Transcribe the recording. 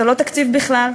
זה לא תקציב בכלל,